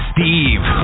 Steve